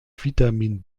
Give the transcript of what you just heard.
vitamin